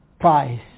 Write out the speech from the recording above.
price